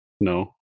No